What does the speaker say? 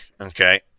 okay